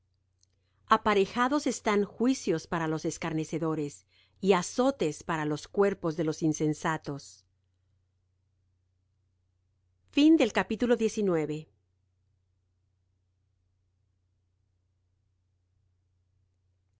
aparejados están juicios para los escarnecedores y azotes para los cuerpos de los insensatos el